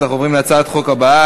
אנחנו עוברים להצעת החוק הבאה,